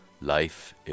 life